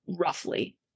roughly